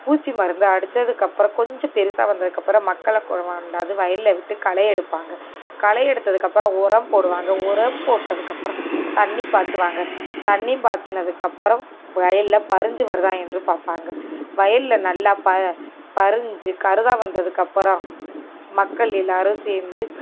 பூச்சி மருந்து அடிச்சதுக்கப்புறம் கொஞ்சம் பெருசாக வந்ததுக்கப்புறம் மக்களை கொண்டாந்து வயலில் விட்டு களையெடுப்பாங்க களையெடுத்ததுக்கப்புறம் உரம் போடுவாங்க உரம் போட்டதுக்கப்புறம் தண்ணிர் பாய்ச்சுவாங்க தண்ணியும் பாய்ச்சுனதுக்கப்பறம் வயலில் பரிஞ்சி வருதா என்று பார்ப்பாங்க வயலில் நல்லா பரிஞ்சி கருதாக வந்ததுக்கப்பறம் மக்கள் எல்லோரும் சேர்ந்து